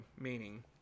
meaning